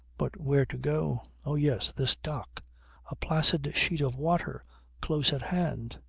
but where to go? oh yes, this dock a placid sheet of water close at hand.